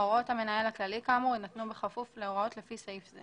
הוראות המנהל הכללי כאמור יינתנו בכפוף להוראות לפי סעיף זה."